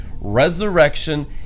resurrection